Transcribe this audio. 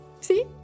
See